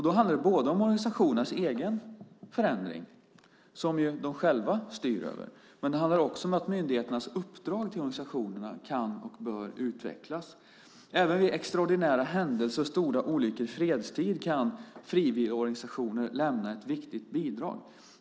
Då handlar det både om organisationernas egen förändring, som de själva styr över, och om att myndigheternas uppdrag till organisationerna kan och bör utvecklas. Även vid extraordinära händelser och stora olyckor i fredstid kan frivilligorganisationer lämna ett viktigt bidrag.